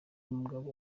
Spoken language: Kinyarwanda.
mugabo